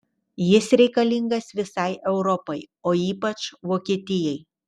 jis reikalingas visai europai o ypač vokietijai